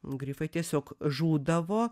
grifai tiesiog žūdavo